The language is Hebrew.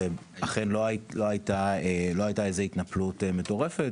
אכן לא הייתה איזו התנפלות מטורפת,